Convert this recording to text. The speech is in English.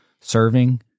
serving